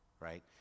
right